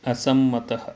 असम्मतः